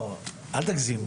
לא, אל תגזימו.